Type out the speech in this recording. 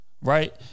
Right